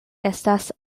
estas